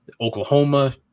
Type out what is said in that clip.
Oklahoma